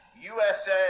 USA